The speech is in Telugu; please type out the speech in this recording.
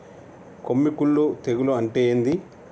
కొమ్మి కుల్లు తెగులు అంటే ఏంది?